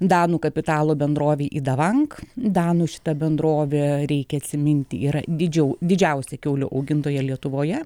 danų kapitalo bendrovei idavank danų šita bendrovė reikia atsiminti yra didžiau didžiausia kiaulių augintoja lietuvoje